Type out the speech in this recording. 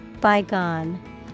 Bygone